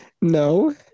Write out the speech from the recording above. No